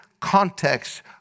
context